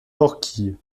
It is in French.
orchies